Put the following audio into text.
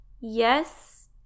yes